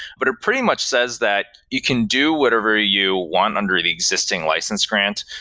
but it pretty much says that you can do whatever you want under the existing license grant,